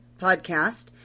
podcast